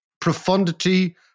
profundity